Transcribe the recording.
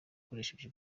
ukoresheje